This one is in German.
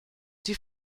die